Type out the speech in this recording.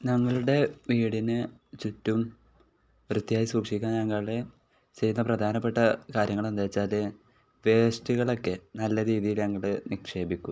ഞങ്ങളുടെ വീടിന് ചുറ്റും വൃത്തിയായി സൂക്ഷിക്കാൻ ഞങ്ങൾ ചെയ്യുന്ന പ്രധാനപ്പെട്ട കാര്യങ്ങൾ എന്താണെന്ന് വച്ചാൽ വേസ്റ്റുകൾ ഒക്കെ നല്ല രീതിയിൽ ഞങ്ങൾ നിക്ഷേപിക്കും